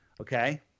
okay